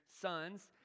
sons